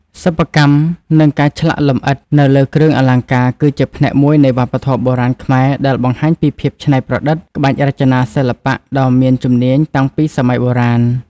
សិប្បកម្ម និងការឆ្លាក់លម្អិតនៅលើគ្រឿងអលង្ការគឺជាផ្នែកមួយនៃវប្បធម៌បុរាណខ្មែរដែលបង្ហាញពីភាពច្នៃប្រឌិត ក្បាច់រចនា សិល្បៈដ៏មានជំនាញតាំងពីសម័យបុរាណ។